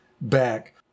back